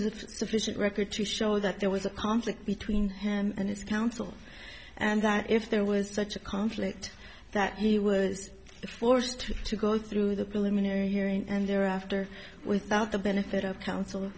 a sufficient record to show that there was a conflict between him and his counsel and that if there was such a conflict that he was forced to go through the preliminary hearing and thereafter without the benefit of counsel